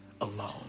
alone